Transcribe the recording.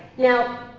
now,